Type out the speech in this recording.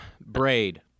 Braid